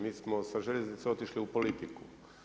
Mi smo sa željeznice otišli u politiku.